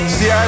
See